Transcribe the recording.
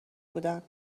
بودند